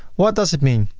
what does it mean?